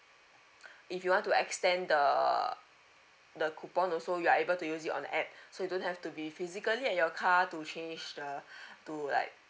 if you want to extend the the coupon also you are able to use it on app so you don't have to be physically at your car to change the to like